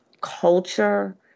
culture